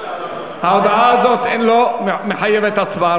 ההודעה הזאת לא מחייבת הצבעה,